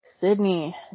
sydney